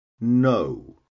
no